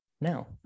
now